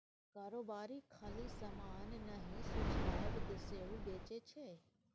कारोबारी खाली समान नहि सुझाब सेहो बेचै छै